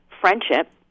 friendship